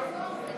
את